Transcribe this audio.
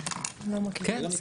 אני לא מכירה את זה.